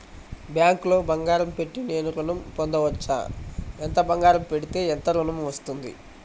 బ్యాంక్లో బంగారం పెట్టి నేను ఋణం పొందవచ్చా? ఎంత బంగారం పెడితే ఎంత ఋణం వస్తుంది?